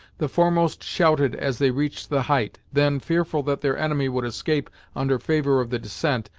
the foremost shouted as they reached the height then, fearful that their enemy would escape under favor of the descent,